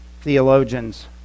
theologians